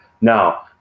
Now